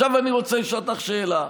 עכשיו אני רוצה לשאול אותך שאלה: